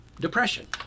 depression